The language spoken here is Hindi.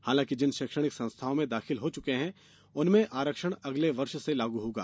हालांकि जिन शैक्षणिक संस्थाओं में दाखिले हो चुके हैं उनमें आरक्षण अगले वर्ष से लागू होगा